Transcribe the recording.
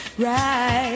Right